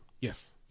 Yes